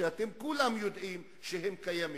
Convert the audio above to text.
שאתם כולם יודעים שהם קיימים,